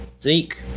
Zeke